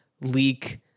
leak